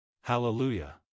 Hallelujah